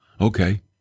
Okay